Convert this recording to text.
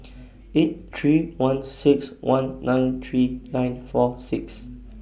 eight three one six one nine three nine four six